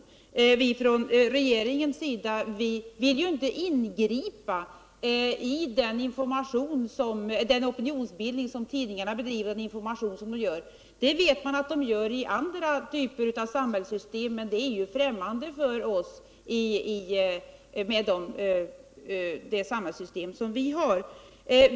Vi vill från regeringens sida inte ingripa i den opinionsbildning som tidningarna bedriver och inte heller i deras informationslämnande. Vi vet att så sker i andra typer av samhällssystem, men det är ju främmande för oss, med det samhällssystem som vi har.